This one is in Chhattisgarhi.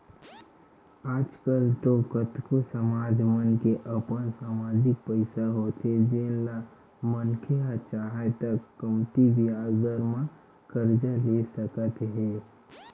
आज कल तो कतको समाज मन के अपन समाजिक पइसा होथे जेन ल मनखे ह चाहय त कमती बियाज दर म करजा ले सकत हे